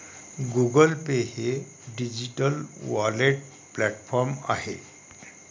Google Pay हे digital wallet platform आहे